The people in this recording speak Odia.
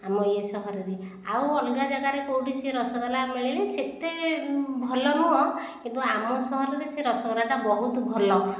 ଆମର ୟେ ସହରରେ ଆଉ ଅଲଗା ଜାଗାରେ କେଉଁଠି ସେ ରସଗୋଲା ମିଳେ ସେତେ ଭଲ ନୁହେଁ କିନ୍ତୁ ଆମ ସହରରେ ସେ ରସଗୋଲା ଟା ବହୁତ ଭଲ